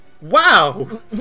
Wow